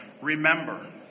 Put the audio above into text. remember